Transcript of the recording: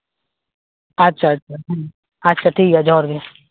ᱟᱪᱪᱷᱟ ᱟᱪᱪᱷᱟ ᱦᱮᱸ ᱟᱪᱪᱷᱟ ᱴᱷᱤᱠ ᱜᱮᱭᱟ ᱡᱚᱦᱟᱨ ᱜᱮ